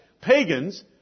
pagans